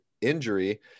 injury